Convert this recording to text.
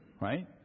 right